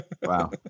Wow